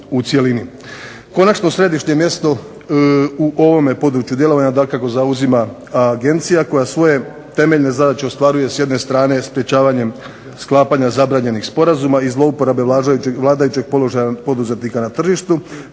Konačno središnje mjesto u ovome području djelovanja dakako zauzima agencija koja svoje temeljne zadaće ostvaruje s jedne strane sprečavanjem sklapanja zabranjenih sporazuma i zlouporabe vladajućeg položaja poduzetnika na tržištu